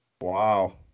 Wow